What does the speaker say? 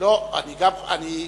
תשמעי,